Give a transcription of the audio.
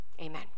amen